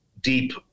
deep